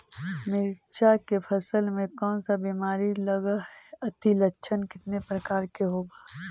मीरचा के फसल मे कोन सा बीमारी लगहय, अती लक्षण कितने प्रकार के होब?